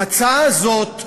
ההצעה הזאת,